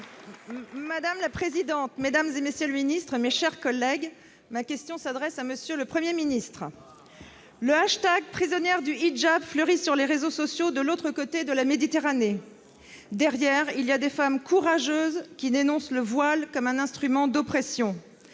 Madame la présidente, mesdames, messieurs les ministres, mes chers collègues, ma question s'adresse à M. le Premier ministre. Ah ! Le « prisonnières du hijab » fleurit sur les réseaux sociaux de l'autre côté de la Méditerranée. Derrière, il y a des femmes courageuses qui dénoncent le voile comme un instrument d'oppression.